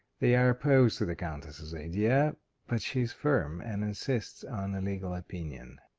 they are opposed to the countess's idea but she is firm, and insists on a legal opinion.